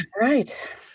right